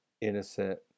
innocent